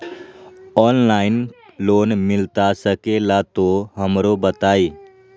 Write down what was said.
Online loan मिलता सके ला तो हमरो बताई?